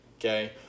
Okay